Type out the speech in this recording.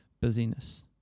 busyness